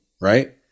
Right